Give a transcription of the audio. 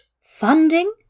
Funding